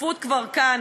השקיפות כבר כאן,